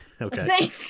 Okay